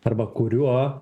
arba kuriuo